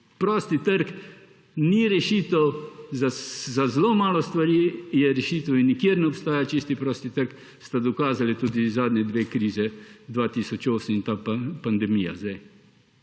Prosti trg ni rešitev, za zelo malo stvari je rešitev in nikjer ne obstaja čisti prosti trg, to sta dokazali tudi zadnji dve krizi, 2008 in pandemija